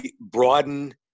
broaden